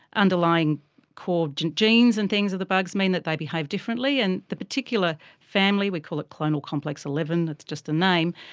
underlying core genes and things of the bugs mean that they behave differently, and the particular family, we call it clonal complex eleven, it's just a name,